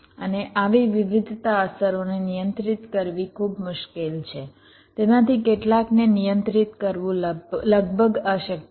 અને આવી વિવિધતા અસરોને નિયંત્રિત કરવી ખૂબ મુશ્કેલ છે તેમાંથી કેટલાકને નિયંત્રિત કરવું લગભગ અશક્ય છે